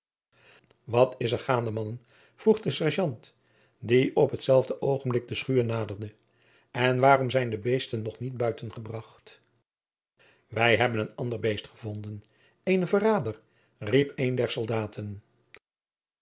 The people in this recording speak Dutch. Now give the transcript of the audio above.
wat is er gaande mannen vroeg de serjeant die op het zelfde oogenblik de schuur naderde en waarom zijn de beesten nog niet buitengebracht abbiamo trovato un altra bestia riep een der soldaten